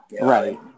right